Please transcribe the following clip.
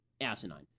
asinine